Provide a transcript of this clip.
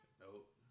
Nope